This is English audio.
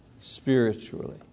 spiritually